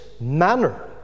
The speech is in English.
manner